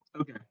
okay